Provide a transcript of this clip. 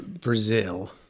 Brazil